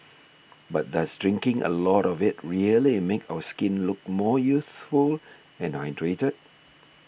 but does drinking a lot of it really make our skin look more youthful and hydrated